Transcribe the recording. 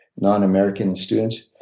non american students.